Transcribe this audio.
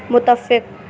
متفق